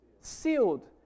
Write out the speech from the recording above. sealed